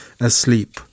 asleep